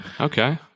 Okay